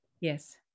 Yes